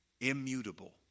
Immutable